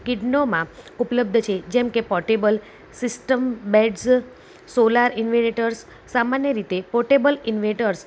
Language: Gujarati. કીડનો માપ ઉપલબ્ધ છે જેમ કે પોર્ટેબલ સિસ્ટમ બેટ્સ સોલાર ઇન્વેટર સામાન્ય રીતે પોર્ટેબલ ઇન્વેટર્સ